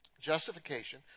justification